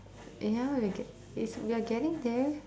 yeah we get it's we are getting there